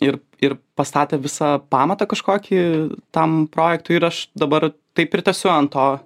ir ir pastatė visą pamatą kažkokį tam projektui ir aš dabar taip ir tęsiu ant to